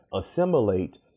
assimilate